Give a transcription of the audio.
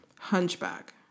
hunchback